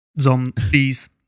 Zombies